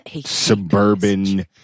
suburban